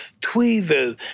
tweezers